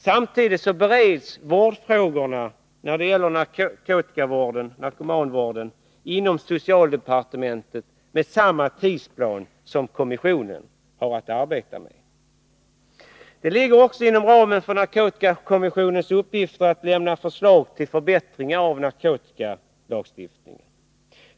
Samtidigt bereds frågor kring narkomanvården inom socialdepartementet med samma tidsplan som kommissionen har att arbeta under. Det ligger också inom ramen för narkotikakommissionens uppgifter att lämna förslag till förbättringar av narkotikalagstiftningen.